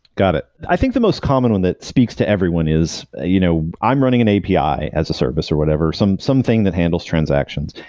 got it. i think the most common one that speaks to everyone is you know i'm running an api as a service or whatever, some something that handles transactions.